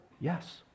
yes